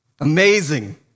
Amazing